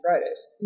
Fridays